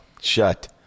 shut